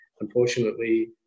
unfortunately